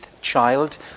child